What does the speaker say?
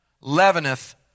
leaveneth